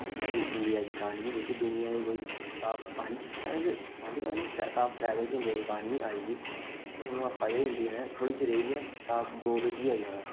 कि साढ़ी इंडिया दी इकानमी टाप पंज शैद टाप तिन्न च आई दी ते हून ओह् आखै दे हे थोह्डे़ चिरें च इंडिया नै टाप दो बिच बी आई जाना